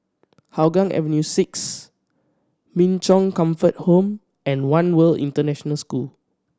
Hougang Avenue Six Min Chong Comfort Home and One World International School